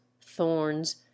thorns